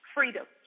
Freedom